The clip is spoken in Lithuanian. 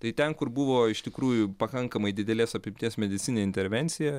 tai ten kur buvo iš tikrųjų pakankamai didelės apimties medicininė intervencija